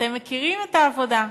אתם מכירים את העבודה.